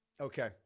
Okay